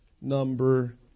number